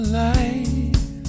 life